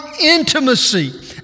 intimacy